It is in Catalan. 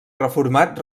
reformat